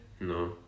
No